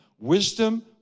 wisdom